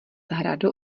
hradu